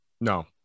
No